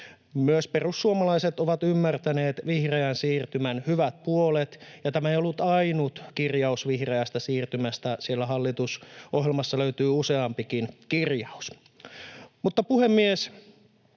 Myös perussuomalaiset ovat ymmärtäneet vihreän siirtymän hyvät puolet, ja tämä ei ollut ainut kirjaus vihreästä siirtymästä. Sieltä hallitusohjelmasta löytyy useampikin kirjaus. Mutta, puhemies,